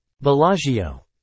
bellagio